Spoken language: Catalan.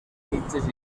mitges